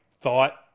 thought